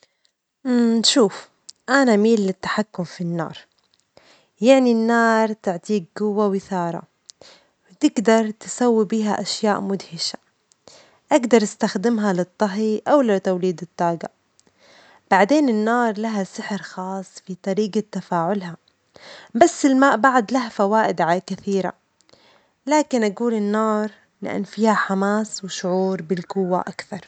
شوف، أنا أميل للتحكم في النار، يعني النار تعطيك جوة وإثارة، تجدر تسوي بها أشياء مدهشة، أجدر استخدمها للطهي أو لتوليد الطاجة، بعدين النار لها سحر خاص في طريقة تفاعلها، بس الماء بعد له فوائد كثيرة، لكن أجول النار لأن فيها حماس وشعور بالجوة أكثر.